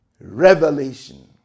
revelation